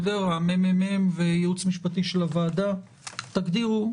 הממ"מ וייעוץ משפטי של הוועדה, תגדירו.